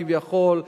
כביכול,